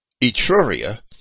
Etruria